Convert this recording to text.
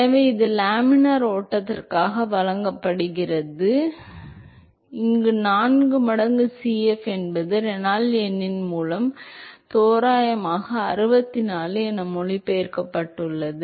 எனவே இது லேமினார் ஓட்டத்திற்காக வழங்கப்படுகிறது எனவே இந்த 4 மடங்கு Cf என்பது ரெனால்ட்ஸ் எண்ணின் மூலம் தோராயமாக 64 என மொழிபெயர்க்கப்பட்டுள்ளது